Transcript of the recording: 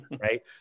Right